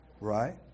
Right